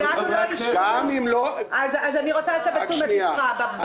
לנו לא אישרו --- גם אם לא --- אני רוצה להסב את תשומת לבך,